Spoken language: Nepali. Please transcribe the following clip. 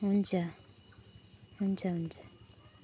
हुन्छ हुन्छ हुन्छ